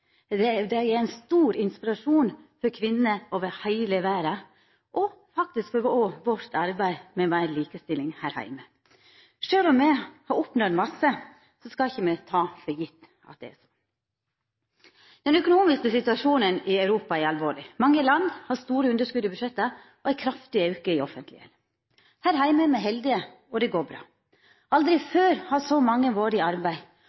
val. Dei er ein stor inspirasjon for kvinner over heile verda – òg faktisk for vårt arbeid for meir likestilling her heime. Sjølv om me har oppnådd mykje, skal me ikkje ta for gitt at det er slik. Den økonomiske situasjonen i Europa er alvorleg. Mange land har store underskot i budsjetta og ein kraftig auke i offentleg gjeld. Her heime er me heldige, og det går bra. Aldri før har så mange vore i arbeid.